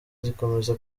zikomeza